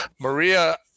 Maria